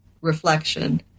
reflection